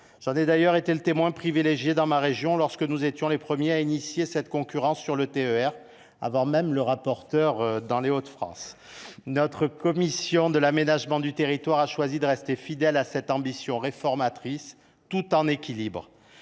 J’en ai d’ailleurs été le témoin privilégié dans ma région, lorsque nous étions les premiers à mettre en œuvre cette concurrence pour le TER, avant même que le rapporteur n’en fasse de même dans les Hauts de France ! Notre commission de l’aménagement du territoire a choisi de rester fidèle à cette ambition réformatrice, très équilibrée.